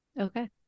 Okay